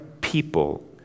people